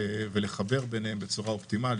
נרצה לחבר ביניהם בצורה אופטימאלית.